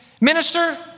minister